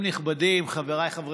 צריך יום לימודים ארוך ללמוד איך לפרגן